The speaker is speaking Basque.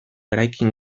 eraikin